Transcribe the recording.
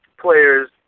players –